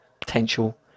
potential